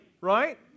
right